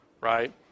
Right